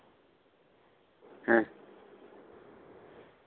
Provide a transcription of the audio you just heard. ᱦᱮᱸ